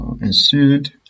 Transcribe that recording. ensued